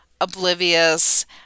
oblivious